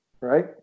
right